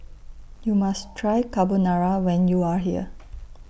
YOU must Try Carbonara when YOU Are here